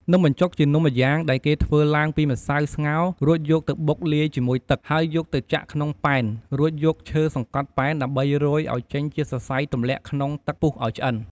នំបញ្ចុកជានំម្យ៉ាងដែលគេធ្វើឡើងពីម្សៅស្ងោររួចយកទៅបុកលាយជាមួយទឹក ហើយយកទៅចាក់ក្នុងប៉ែន រួចយកឈើសង្កត់ប៉ែនដើម្បីរោយឱ្យចេញជាសរសៃទម្លាក់ក្នុងទឹកពុះឱ្យឆ្អិន។